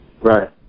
Right